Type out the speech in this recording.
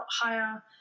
higher